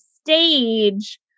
stage